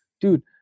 dude